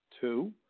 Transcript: Two